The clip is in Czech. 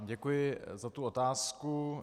Děkuji za tu otázku.